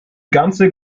ganze